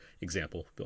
example